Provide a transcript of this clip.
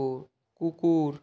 কু কুকুর